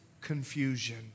confusion